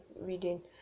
reading